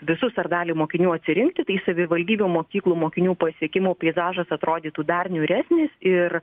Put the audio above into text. visus ar dalį mokinių atsirinkti tai savivaldybių mokyklų mokinių pasiekimų peizažas atrodytų dar niūresnis ir